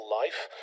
life